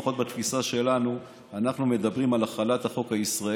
לפחות בתפיסה שלנו אנחנו מדברים על החלת החוק הישראלי.